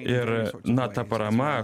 ir na ta parama